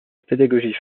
pédagogie